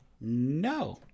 No